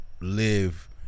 live